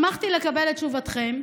שמחתי לקבל את תשובתכם,